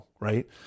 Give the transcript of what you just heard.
right